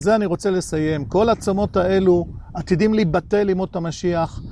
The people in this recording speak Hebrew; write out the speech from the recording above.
זה אני רוצה לסיים. כל עצמות האלו עתידים ליבטל לימות המשיח